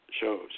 shows